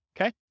Okay